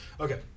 okay